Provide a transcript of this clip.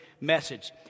message